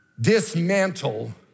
dismantle